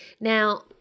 Now